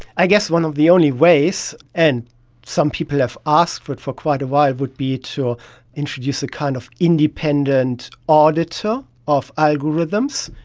i guess one of the only ways, and some people have asked for it for quite a while would be to introduce a kind of independent auditor of algorithms.